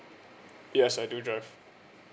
yes I do drive